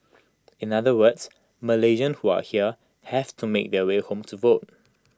in other words Malaysians who are here have to make their way home to vote